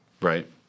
Right